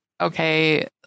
okay